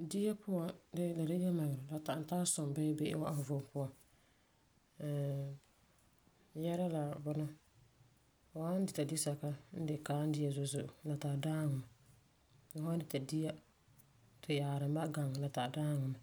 Dia puan de, la de la yelemɛŋɛrɛ, la ta'am tari sũm bee be'em wa'am fu vom puan. Ɛɛn yɛsera la bunɔ, fu san dita disɛka n tari Kaam zo'e zo'e la tari daaŋɔ mɛ. Fu san dita dia ti yaarum ba'am gaŋɛ la tari daaŋɔ mɛ.